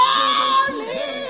Holy